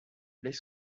les